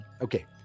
okay